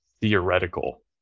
theoretical